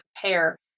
prepare